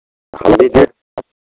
हम भी रेट